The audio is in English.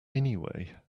anyway